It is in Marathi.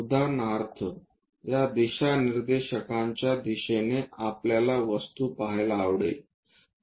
उदाहरणार्थ या दिशानिर्देशांच्या दिशेने आपल्याला वस्तू पहायला आवडेल